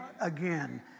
again